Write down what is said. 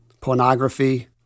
pornography